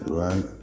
right